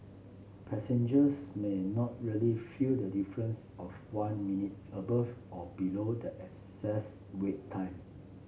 passengers may not really feel the difference of one minute above or below the excess wait time